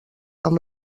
amb